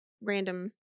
random